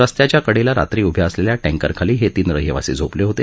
रस्त्याच्या कडेला रात्री उभ्या असलेल्या टॅंकरखाली हे तीन रहिवासी झोपले होते